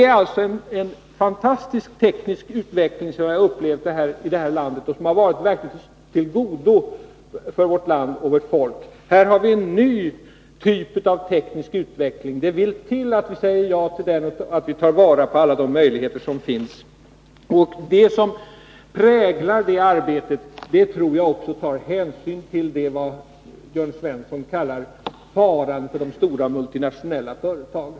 Det är alltså en fantastisk teknisk utveckling som vi har upplevt och som har kommit både vårt land och vårt folk till godo. Här har vi en ny typ av teknisk utveckling. Det vill till att vi säger ja till den och tar vara på alla de möjligheter som finns. Och jag tror att de som sätter sin prägel på det arbetet också tar hänsyn till det som Jörn Svensson kallade faran för de stora multinationella företagen.